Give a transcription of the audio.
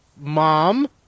Mom